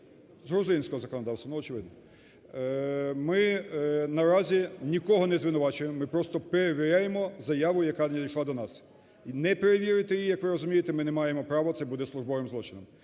З грузинського законодавства, ну очевидно. Ми наразі нікого не звинувачуємо, ми просто перевіряємо заяву, яка надійшла до нас. Не перевірити її, як ви розумієте, ми не маємо права, це буде службовим злочином.